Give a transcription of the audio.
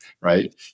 right